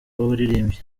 w’abaririmbyi